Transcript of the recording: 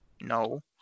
No